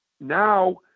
now